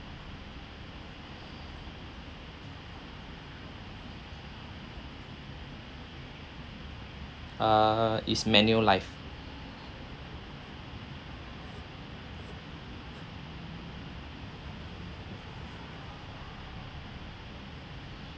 err is Manulife